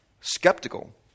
skeptical